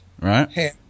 Right